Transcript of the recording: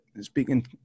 Speaking